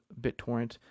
BitTorrent